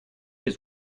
his